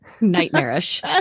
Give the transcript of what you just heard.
Nightmarish